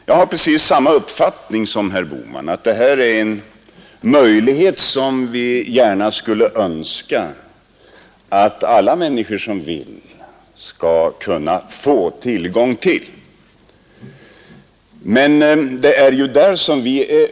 Jag har precis samma uppfattning som herr Bohman, nämligen att alla som så önskar skall få denna möjlighet.